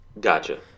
Gotcha